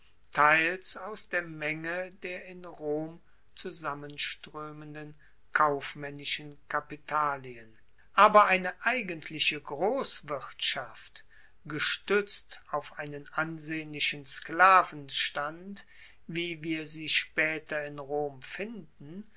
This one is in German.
teils aus der menge der in rom zusammenstroemenden kaufmaennischen kapitalien aber eine eigentliche grosswirtschaft gestuetzt auf einen ansehnlichen sklavenstand wie wir sie spaeter in rom finden